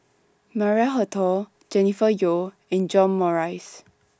Maria Hertogh Jennifer Yeo and John Morrice